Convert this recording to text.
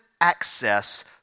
access